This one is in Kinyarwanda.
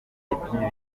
ipima